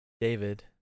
David